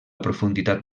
profunditat